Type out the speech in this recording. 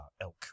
elk